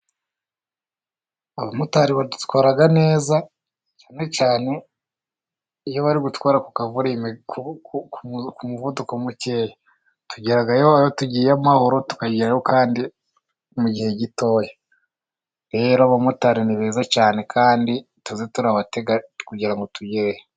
Abamotari badutwara neza cyane cyane. Iyo bari gutwara ku ka volume ku muvuduko muke. Tugerayo iyo tugiye amahoro. Tukagerayo kandi mu gihe gito. Rero abamotari ni beza cyane kandi tujye turabatega kugira ngo tugereyo.